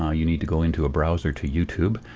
ah you need to go into a browser to youtube.